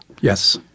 Yes